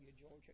Georgia